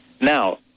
Now